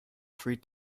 three